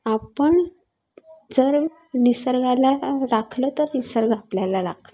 आपण जर निसर्गाला राखलं तर निसर्ग आपल्याला राखणार आहे